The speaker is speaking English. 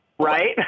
Right